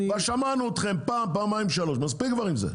שמענו אתכם פעם, פעמיים, שלוש, מספיק עם זה.